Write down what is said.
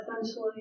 essentially